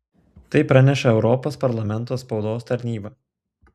tai praneša europos parlamento spaudos tarnyba